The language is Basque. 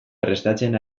prestatzen